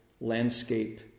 landscape